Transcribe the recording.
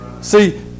See